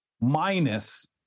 minus